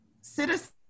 citizens